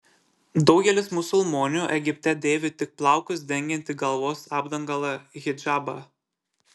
daugelis musulmonių egipte dėvi tik plaukus dengiantį galvos apdangalą hidžabą